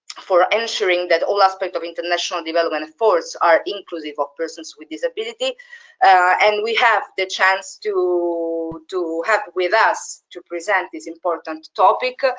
for ensuring that all aspects of international development, of course, are inclusive of persons with disabilities and we have the chance to to have with us to present this important topic